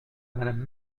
madame